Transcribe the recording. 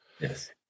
Yes